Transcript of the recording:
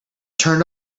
turned